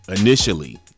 initially